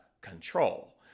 control